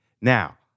Now